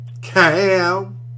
Cam